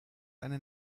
eine